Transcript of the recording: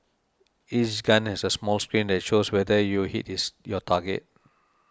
each gun has a small screen that shows whether you hit your target